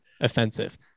offensive